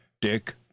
Dick